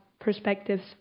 perspectives